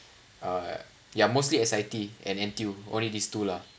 uh yeah mostly S_I_T and N_T_U only these two lah